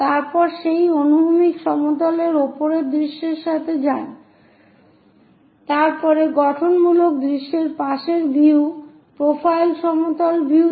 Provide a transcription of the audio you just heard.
তারপরে সেই অনুভূমিক সমতলে উপরের দৃশ্যের সাথে যান তারপরে গঠনমূলক দৃশ্যের পাশের ভিউ প্রোফাইল সমতল ভিউতে